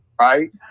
right